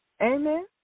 Amen